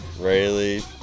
Rayleigh